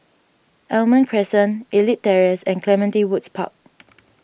Almond Crescent Elite Terrace and Clementi Woods Park